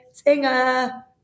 singer